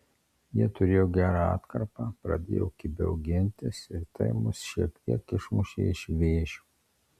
jie turėjo gerą atkarpą pradėjo kibiau gintis ir tai mus šiek tiek išmušė iš vėžių